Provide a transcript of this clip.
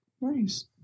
Nice